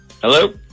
Hello